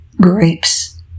grapes